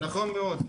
נכון מאור.